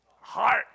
Heart